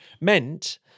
meant